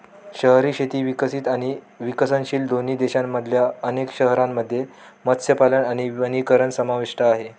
शहरी शेती विकसित आणि विकसनशील दोन्ही देशांमधल्या अनेक शहरांमध्ये मत्स्यपालन आणि वनीकरण समाविष्ट आहे